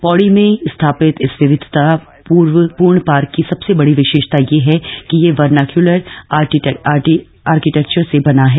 पौड़ी में स्थापित इस विविधता पूर्ण पार्क की सबसे बड़ी विशेषता यह है कि यह वर्नाक्यूलर आर्किटेक्चर से बना है